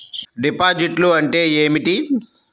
డిపాజిట్లు అంటే ఏమిటి?